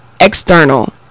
external